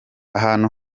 ahantu